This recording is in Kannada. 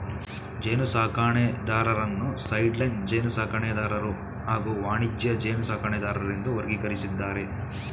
ಜೇನುಸಾಕಣೆದಾರರನ್ನು ಸೈಡ್ಲೈನ್ ಜೇನುಸಾಕಣೆದಾರರು ಹಾಗೂ ವಾಣಿಜ್ಯ ಜೇನುಸಾಕಣೆದಾರರೆಂದು ವರ್ಗೀಕರಿಸಿದ್ದಾರೆ